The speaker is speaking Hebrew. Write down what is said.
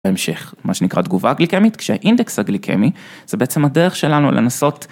בהמשך, מה שנקרא תגובה גליקמית, כשהאינדקס הגליקמי, זה בעצם הדרך שלנו לנסות...